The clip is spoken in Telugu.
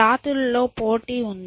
జాతులలో పోటీ ఉంది